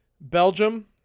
Belgium